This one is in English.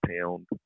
pound